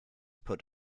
put